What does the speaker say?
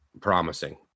promising